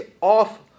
off